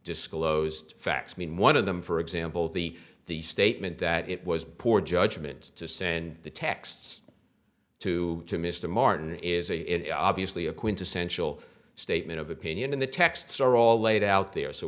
disclosed facts mean one of them for example the the statement that it was poor judgment to send the texts to mr martin is a obviously a quintessential statement of opinion in the texts are all laid out there so